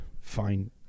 fine